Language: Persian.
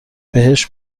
ماساژ